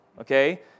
okay